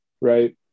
Right